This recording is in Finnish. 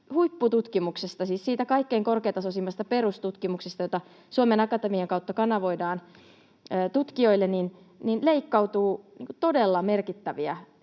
huippututkimuksesta, siis siitä kaikkein korkeatasoisimmasta perustutkimuksesta, jota Suomen Akatemian kautta kanavoidaan tutkijoille, leikkautuu todella merkittäviä